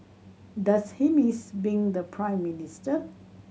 does he miss being the Prime Minister